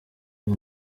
ngo